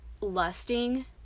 lusting